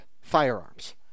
firearms